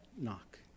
knock